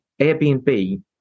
Airbnb